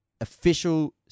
official